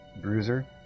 Bruiser